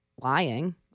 lying